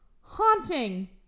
haunting